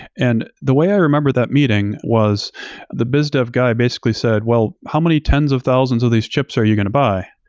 and the way i remember that meeting was the biz dev guy basically said, well, how many tens of thousands of these chips are you going to buy?